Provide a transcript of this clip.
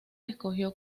escogió